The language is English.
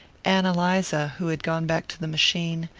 ann eliza, who had gone back to the machine,